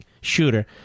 shooter